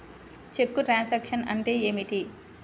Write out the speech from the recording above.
చెక్కు truncation అంటే ఏమిటి?